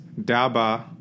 Daba